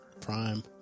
Prime